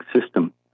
system